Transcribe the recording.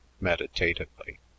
meditatively